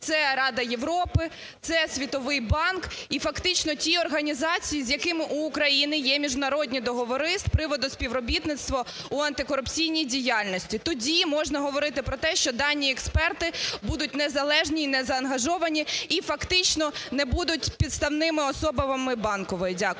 це Рада Європи, це Світовий банк і фактично ті організації, з якими у України є міжнародні договори з приводу співробітництва у антикорупційній діяльності. Тоді можна говорити про те, що дані експерти будуть незалежні і незаангажовані і фактично не будуть підставними особами Банкової. Дякую.